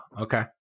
Okay